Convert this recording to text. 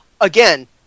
again